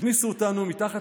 הכניסו אותנו מתחת